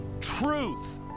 Truth